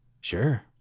Sure